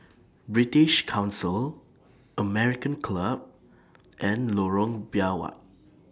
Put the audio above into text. British Council American Club and Lorong Biawak